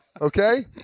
okay